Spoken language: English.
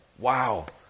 Wow